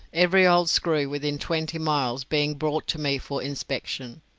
every old screw within twenty miles being brought to me for inspection.